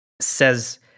says